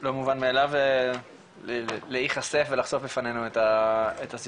לא מובן מאליו להיחשף ולחשוף בפנינו את הסיפור